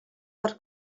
per